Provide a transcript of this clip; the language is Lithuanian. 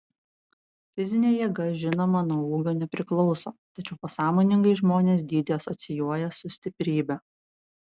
fizinė jėga žinoma nuo ūgio nepriklauso tačiau pasąmoningai žmonės dydį asocijuoja su stiprybe